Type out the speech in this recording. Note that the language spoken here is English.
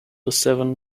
seven